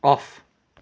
of